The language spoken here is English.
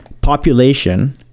population